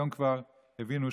היום כבר הבינו,